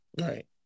Right